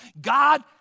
God